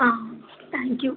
ah thank you